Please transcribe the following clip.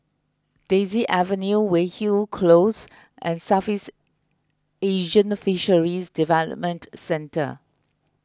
Daisy Avenue Weyhill Close and Southeast Asian Fisheries Development Centre